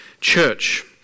church